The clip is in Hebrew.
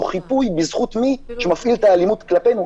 חיפוי בזכות מי שמפעיל את האלימות כלפינו.